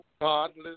godless